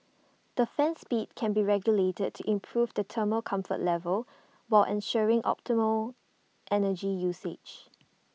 the fan speed can be regulated to improve the thermal comfort level while ensuring optimal energy usage